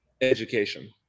education